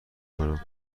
کنم